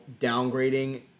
downgrading